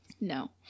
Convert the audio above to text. No